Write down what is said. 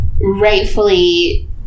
Rightfully